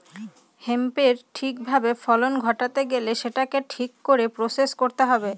হেম্পের ঠিক ভাবে ফলন ঘটাতে গেলে সেটাকে ঠিক করে প্রসেস করতে হবে